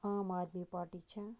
عام آدمی پاٹی چھےٚ